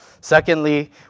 Secondly